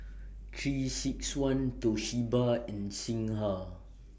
three six one Toshiba and Singha